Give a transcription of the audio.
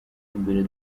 imbere